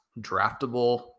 draftable